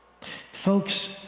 Folks